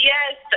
Yes